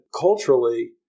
culturally